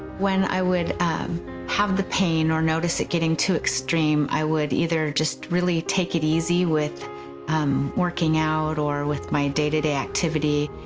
when i would um have the pain, or notice it getting too extreme, i would either really take it easy with um working out, or with my day-to-day activity,